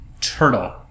Turtle